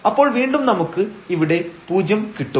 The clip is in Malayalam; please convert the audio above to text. അപ്പോൾ വീണ്ടും നമുക്ക് ഇവിടെ പൂജ്യം കിട്ടും